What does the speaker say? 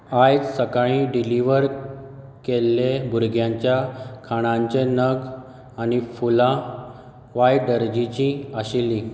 आयज सकाळीं डिलिव्हर केल्ले भुरग्यांच्या खाणांचे नग आनी फुलां वायट दर्जाचीं आशिल्लीं